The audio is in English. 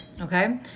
Okay